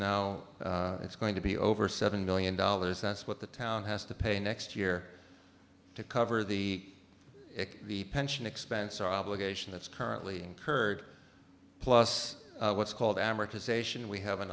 now it's going to be over seven million dollars that's what the town has to pay next year to cover the the pension expense obligation that's currently curd plus what's called amortization we have an